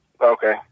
Okay